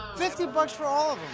fifty bucks for all of them.